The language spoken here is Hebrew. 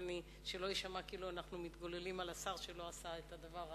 שלא יישמע כאילו אנחנו מתגוללים על השר שלא עשה את הדבר האמור.